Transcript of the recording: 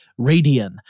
Radian